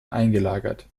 eingelagert